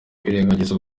kwirengagiza